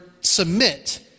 submit